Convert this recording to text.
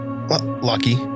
Lucky